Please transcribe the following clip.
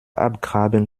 abgraben